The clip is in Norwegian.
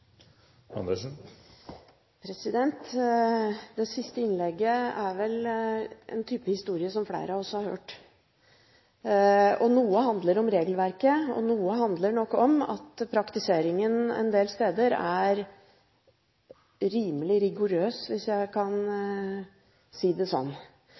Det siste innlegget inneholder en type historie som flere av oss har hørt. Noe handler om regelverket, og noe handler nok om at praktiseringen en del steder er rimelig rigorøs – hvis jeg kan si det